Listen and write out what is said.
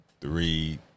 three